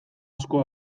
asko